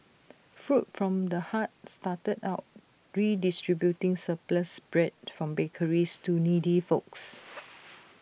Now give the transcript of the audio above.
food from the heart started out redistributing surplus bread from bakeries to needy folks